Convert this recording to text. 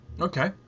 Okay